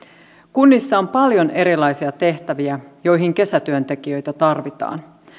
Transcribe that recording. kunnissa on paljon erilaisia tehtäviä joihin kesätyöntekijöitä tarvitaan